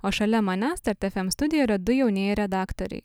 o šalia manęs start fm studijoj yra du jaunieji redaktoriai